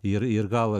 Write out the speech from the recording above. ir ir gal